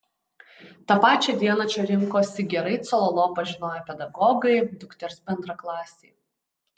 tą pačią dieną čia rinkosi gerai cololo pažinoję pedagogai dukters bendraklasiai